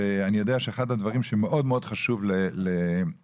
שאני יודע שאחד הדברים שמאוד חשובים לכל